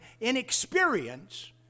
inexperience